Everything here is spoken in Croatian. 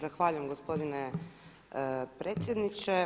Zahvaljujem gospodine predsjedniče.